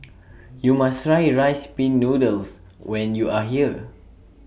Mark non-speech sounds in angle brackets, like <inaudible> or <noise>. <noise> YOU must Try Rice Pin Noodles when YOU Are here